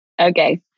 okay